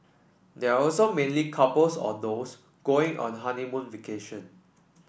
they are also mainly couples or those going on a honeymoon vacation